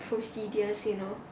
procedures you know